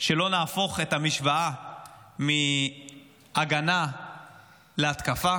שלא נהפוך את המשוואה מהגנה להתקפה.